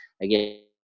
again